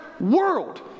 world